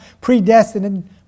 predestined